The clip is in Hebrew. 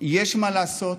יש מה לעשות,